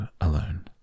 alone